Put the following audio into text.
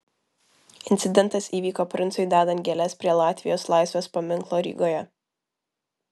incidentas įvyko princui dedant gėles prie latvijos laisvės paminklo rygoje